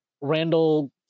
Randall